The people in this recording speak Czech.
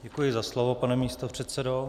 Děkuji za slovo, pane místopředsedo.